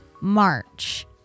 March